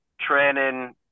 Training